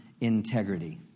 integrity